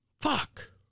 Fuck